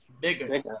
bigger